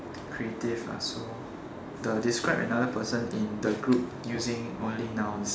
creative lah so the describe another person in the group using only nouns